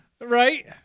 Right